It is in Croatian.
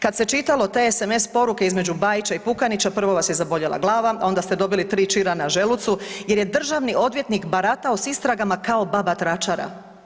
Kad se čitalo te sms poruke između Bajića i Pukanića prvo vas je zaboljela glava, a onda ste dobili tri čira na želucu jer je državni odvjetnik baratao sa istragama kao baba tračara.